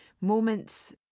moments